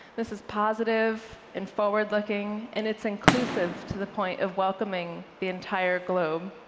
this is positive and forward-looking, and it's inclusive to the point of welcoming the entire globe.